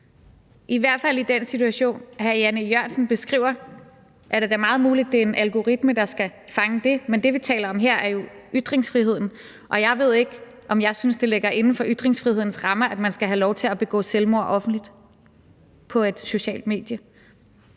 I hvert fald i den situation, hr. Jan E. Jørgensen beskriver, er det da meget muligt, at det er en algoritme, der skal fange det. Men det, vi taler om her, er jo ytringsfriheden, og jeg ved ikke, om jeg synes, det ligger inden for ytringsfrihedens rammer, at man skal have lov til at begå selvmord offentligt på et socialt medie.